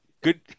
good